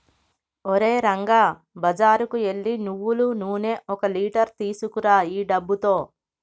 ఓరే రంగా బజారుకు ఎల్లి నువ్వులు నూనె ఒక లీటర్ తీసుకురా ఈ డబ్బుతో